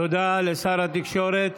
תודה לשר התקשורת.